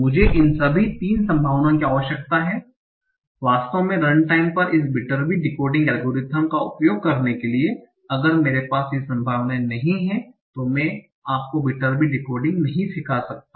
तो मुझे इन सभी 3 संभावनाओं की आवश्यकता है वास्तव में रनटाइम पर इस विटर्बी डिकोडिंग एल्गोरिथ्म का उपयोग करने के लिए अगर मेरे पास ये संभावनाएं नहीं हैं तो मैं आपको विटर्बी डिकोडिंग नहीं सिखा सकता